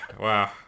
Wow